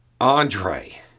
Andre